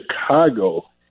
Chicago